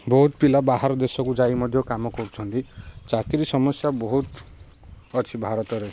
ବହୁତ ପିଲା ବାହାର ଦେଶକୁ ଯାଇ ମଧ୍ୟ କାମ କରୁଛନ୍ତି ଚାକିରୀ ସମସ୍ୟା ବହୁତ ଅଛି ଭାରତରେ